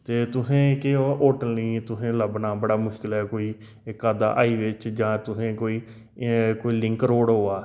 ते तुसें गी केह् ओह् होटल नेईं तुसें गी लब्भना बड़ा मुश्कल है कोई इक अद्धा हाईवे च तुसे गी कोई लिंक रोड़ अबा दा